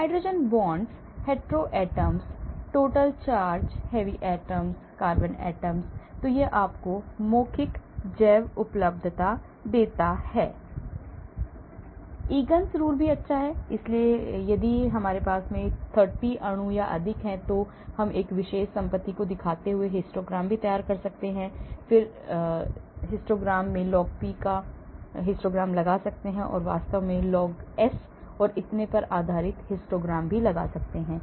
hydrogen bonds hetero atoms total charge heavy atoms carbon atom तो यह आपको मौखिक जैवउपलब्धता देता है Egan rule भी अच्छा है इसलिए यदि मेरे पास 30 अणु या अधिक हैं तो मैं एक विशेष संपत्ति दिखाते हुए हिस्टोग्राम भी तैयार कर सकता हूं किसी विशेष संपत्ति का हिस्टोग्राम मैं log P का हिस्टोग्राम लगा सकता हूं या मैं वास्तव में log S और इतने पर आधारित हिस्टोग्राम लगा सकता हूं